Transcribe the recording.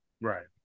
Right